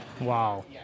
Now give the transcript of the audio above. Wow